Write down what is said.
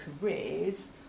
careers